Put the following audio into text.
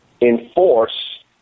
enforce